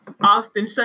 Austin